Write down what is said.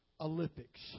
Olympics